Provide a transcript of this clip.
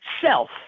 self